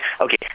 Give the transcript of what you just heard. okay